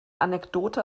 anekdote